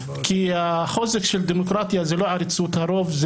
כי החוזק של דמוקרטיה זו לא עריצות הרוב,